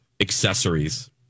accessories